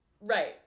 right